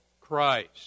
Christ